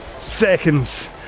seconds